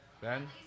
Ben